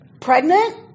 Pregnant